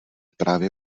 právě